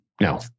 No